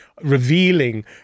Revealing